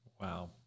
Wow